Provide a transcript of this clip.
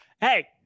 hey